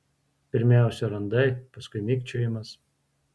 pirmiausia randai paskui mikčiojimas